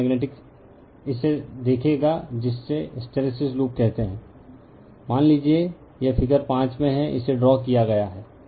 तो मेग्नेटिक इसे देखेगा जिसे हिस्टैरिसीस लूप कहते हैं मान लीजिए यह फिगर 5 में है इसे ड्रा किया गया है